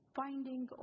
finding